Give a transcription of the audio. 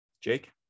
Jake